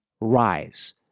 RISE